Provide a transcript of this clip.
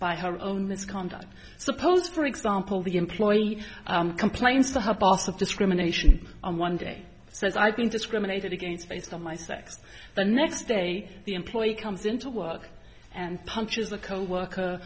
by her own misconduct suppose for example the employee complains to her boss of discrimination on one day says i think discriminated against based on my sex the next day the employee comes into work and punches a coworker